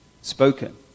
spoken